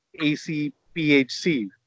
ACPHC